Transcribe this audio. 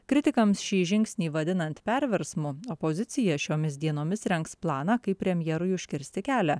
kritikams šį žingsnį vadinant perversmu opozicija šiomis dienomis rengs planą kaip premjerui užkirsti kelią